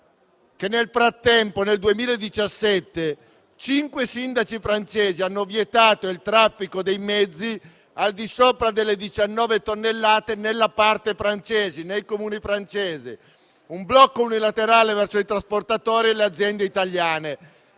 Nel frattempo, nel 2017 cinque sindaci francesi hanno vietato il traffico dei mezzi al di sopra delle 19 tonnellate nei Comuni francesi, con ciò determinando un blocco unilaterale verso i trasportatori e le aziende italiane